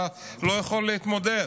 אתה לא יכול להתמודד.